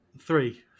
Three